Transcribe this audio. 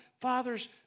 fathers